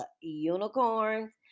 unicorns